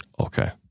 Okay